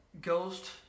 ghost